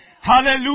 Hallelujah